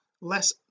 less